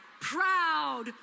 proud